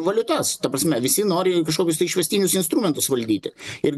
valiutas ta prasme visi nori kažkokius tai išvestinius instrumentus valdyti ir